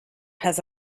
has